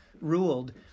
ruled